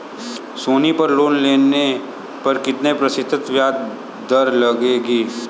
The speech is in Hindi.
सोनी पर लोन लेने पर कितने प्रतिशत ब्याज दर लगेगी?